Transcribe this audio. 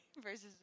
Versus